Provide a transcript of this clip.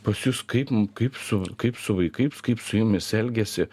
pas jus kaip kaip su kaip su vaikais kaip su jumis elgiasi